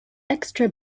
extra